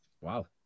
wow